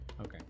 Okay